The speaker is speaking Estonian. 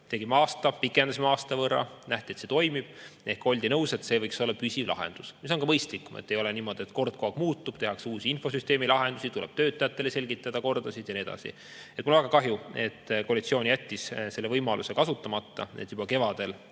tegime aasta, siis pikendasime aasta võrra, nähti, et see toimib. Ehk oldi nõus, et see võiks olla püsilahendus. See on ka mõistlikum, et ei ole niimoodi, et kord kogu aeg muutub, tehakse uusi infosüsteemilahendusi, tuleb töötajatele selgitada uut korda ja nii edasi. Mul on väga kahju, et koalitsioon jättis kasutamata võimaluse juba kevadel